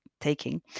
taking